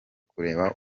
kureba